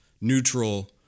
neutral